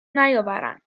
نیاوردند